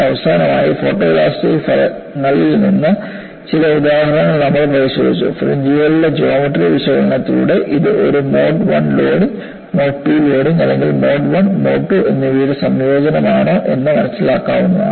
അവസാനമായി ഫോട്ടോഇലാസ്റ്റിക് ഫലങ്ങളിൽ നിന്ന് ചില ഉദാഹരണങ്ങൾ നമ്മൾ പരിശോധിച്ചു ഫ്രിഞ്ച്കളുടെ ജോമട്രി വിശകലനത്തിലൂടെ ഇത് ഒരു മോഡ് 1 ലോഡിംഗ് മോഡ് 2 ലോഡിംഗ് അല്ലെങ്കിൽ മോഡ് 1 മോഡ് 2 എന്നിവയുടെ സംയോജനമാണോ എന്ന് മനസ്സിലാക്കാവുന്നതാണ്